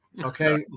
okay